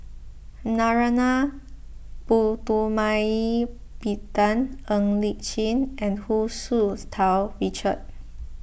Narana Putumaippittan Ng Li Chin and Hu Tsu Tau Richard